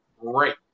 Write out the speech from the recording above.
great